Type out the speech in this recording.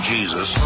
Jesus